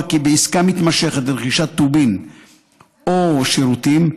כי בעסקה מתמשכת לרכישת טובין או שירותים,